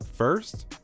First